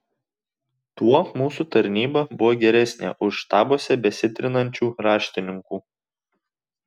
tuo mūsų tarnyba buvo geresnė už štabuose besitrinančių raštininkų